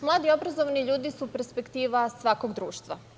Mladi obrazovani ljudi su perspektiva svakog društva.